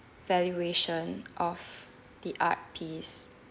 valuation of the art piece